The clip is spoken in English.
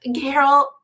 Carol